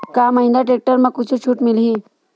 का महिंद्रा टेक्टर म कुछु छुट मिलही?